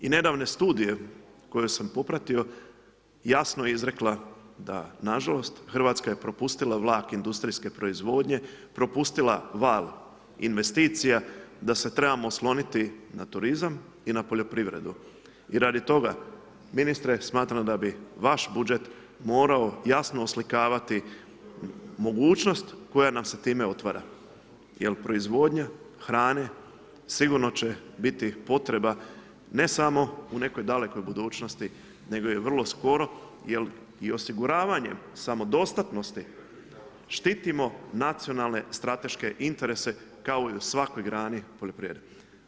I nedavna studija koju sam popratio, jasno je izrekla da nažalost Hrvatska je propustila vlak industrijske proizvodnje, propustila val investicija, da se trebamo osloniti na turizam i na poljoprivredu i radi toga ministre, smatram da bi vaš budžet morao jasno oslikavati mogućnost koja nam se time otvara jer proizvodnja hrane sigurno će biti potreba ne samo u nekoj dalekoj budućnosti nego i vrlo skoro jer i osiguravanjem samodostatnosti, štitimo nacionalne strateške interese kao i u svakoj grani poljoprivrede.